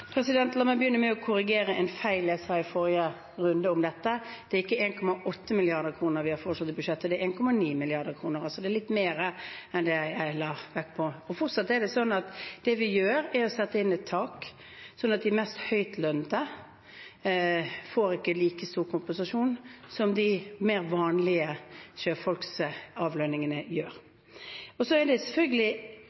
La meg begynne med å korrigere en feil jeg sa i forrige runde om dette. Det er ikke 1,8 mrd. kr vi har foreslått i budsjettet, det er 1,9 mrd. kr – altså litt mer enn det jeg la vekt på. Fortsatt er det sånn at det vi gjør, er å sette et tak, sånn at de mest høytlønte ikke får like stor kompensasjon som de med mer vanlige